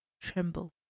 tremble